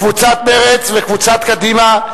קבוצת מרצ וקבוצת קדימה,